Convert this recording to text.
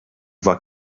war